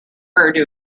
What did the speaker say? urdu